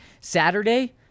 Saturday